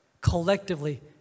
collectively